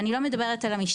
ואני לא מדברת על המשתלמים,